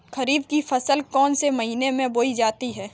खरीफ की फसल कौन से महीने में बोई जाती है?